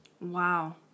Wow